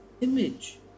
image